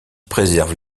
préserve